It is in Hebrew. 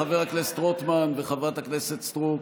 חבר הכנסת רוטמן וחברת הכנסת סטרוק.